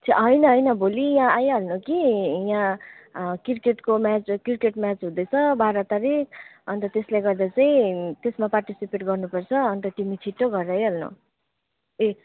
छ्या होइन होइन भोलि यहाँ आइहाल्नु कि यहाँ क्रिकेटको म्याच क्रिकेट म्याच हुँदैछ बाह्र तारिक अन्त त्यसले गर्दा चाहिँ त्यसमा पार्टिसिपेट गर्नुपर्छ अन्त तिमी छिट्टो घर आइहाल्नु ए